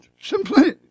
simply